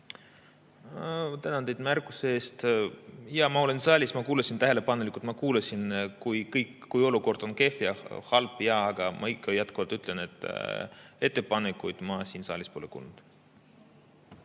Tänan teid märkuse eest! Jaa, ma olin saalis, ma kuulasin tähelepanelikult. Ma kuulsin, et olukord on kehv ja halb, aga ma ikka jätkuvalt ütlen, et ettepanekuid ma siin saalis pole kuulnud.